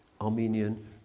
Armenian